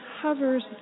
hovers